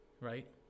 right